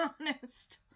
honest